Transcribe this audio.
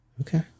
Okay